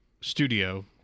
studio